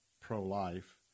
pro-life